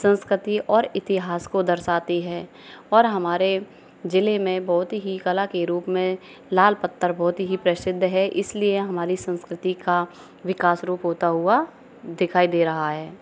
संस्कृति और इतिहास को दर्शाती है और हमारे ज़िले में बहुत ही कला के रूप में लाल पत्थर बहुत ही प्रसिद्ध है इसलिए हमारी संस्कृति का विकास रूप होता हुआ दिखाई दे रहा है